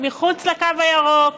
מחוץ לקו הירוק,